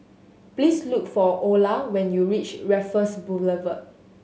please look for Orla when you reach Raffles Boulevard